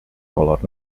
color